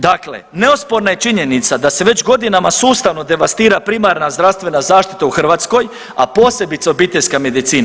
Dakle, neosporna je činjenica da se već godinama sustavno devastira primarna zdravstvena zaštita u Hrvatskoj, a posebice obiteljska medicina.